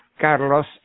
Carlos